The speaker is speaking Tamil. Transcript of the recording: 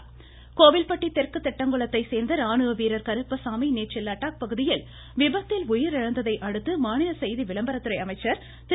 கடம்பூர் ராஜு கோவில்பட்டி தெற்கு திட்டங்குளத்தை சோ்ந்த ராணுவ வீரர் கருப்பசாமி நேற்று லடாக் பகுதியில் விபத்தில் உயிரிழந்ததை அடுத்து மாநில செய்தி விளம்பரத்துறை அமைச்சர் திரு